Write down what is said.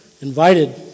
invited